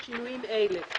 בשינויים אלה: